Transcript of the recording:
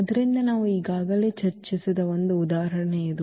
ಆದ್ದರಿಂದ ನಾವು ಈಗಾಗಲೇ ಚರ್ಚಿಸಿದ ಒಂದು ಉದಾಹರಣೆ ಇದು